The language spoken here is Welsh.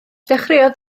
dechreuodd